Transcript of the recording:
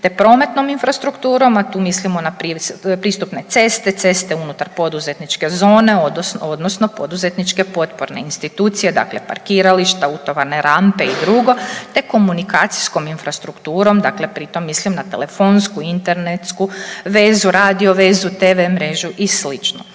te prometnom infrastrukturom, a tu mislimo na pristupne ceste, ceste unutar poduzetničke zone odnosno poduzetničke potporne institucije, dakle parkirališta, utovarne rampe i drugo te komunikacijskom infrastrukturom, dakle pri tom mislim na telefonsku, internetsku vezu, radio vezu, tv mrežu i